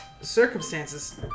circumstances